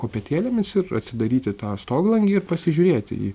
kopėtėlėmis ir atsidaryti tą stoglangį ir pasižiūrėti į